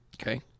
Okay